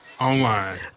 online